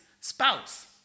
spouse